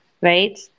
right